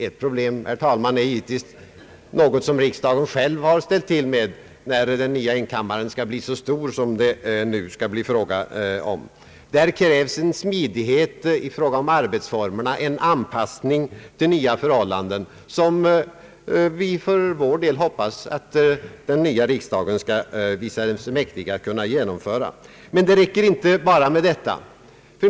Ett problem, herr talman, är givetvis något som riksdagen själv har ställt till med, nämligen att den nya kammaren skall bli så stor som det nu är fråga om. Där krävs en smidighet i fråga om arbetsformerna och en anpassning till nya förhållanden, som vi för vår del hoppas att den nya riksdagen skall visa sig mäktig. Men det räcker inte bara med detta.